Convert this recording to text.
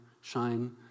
shine